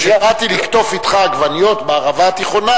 כשבאתי לקטוף אתך עגבניות בערבה התיכונה